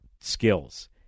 skills